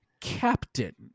captain